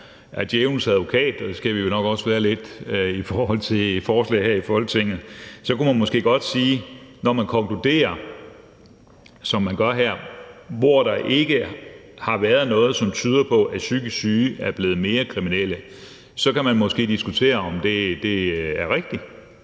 er djævelens advokat – og det skal vi jo nok også være lidt i forhold til forslag her i Folketinget – når det konkluderes, som der her gøres, altså at »hvor der ikke har været noget, som tyder på, at psykisk syge er blevet mere kriminelle«, diskutere, om det er rigtigt.